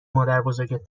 مادربزرگت